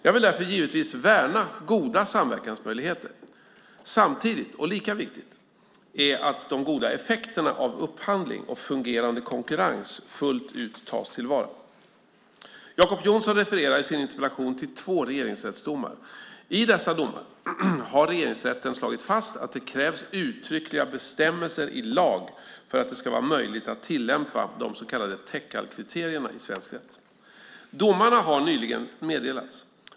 Jag vill därför givetvis värna goda samverkansmöjligheter. Samtidigt är det lika viktigt att de goda effekterna av upphandling och fungerande konkurrens fullt ut tas till vara. Jacob Johnson refererar i sin interpellation till två regeringsrättsdomar. I dessa domar har Regeringsrätten slagit fast att det krävs uttryckliga bestämmelser i lag för att det ska vara möjligt att tillämpa de så kallade Teckalkriterierna i svensk rätt. Domarna har nyligen meddelats.